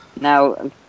Now